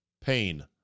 pain